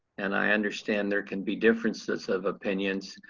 and i understand there can be differences of opinions,